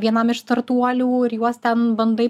vienam iš startuolių ir juos ten bandai